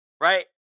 right